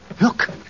Look